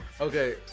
Okay